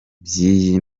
by’iyi